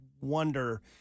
wonder